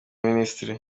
minisitiri